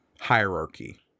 hierarchy